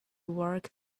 work